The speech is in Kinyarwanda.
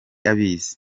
abizi